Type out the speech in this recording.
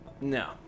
No